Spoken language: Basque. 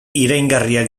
iraingarriak